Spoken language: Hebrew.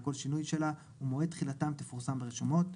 כל שינוי שלה ומועד תחילתן תפורסם ברשומות.